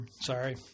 Sorry